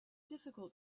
difficult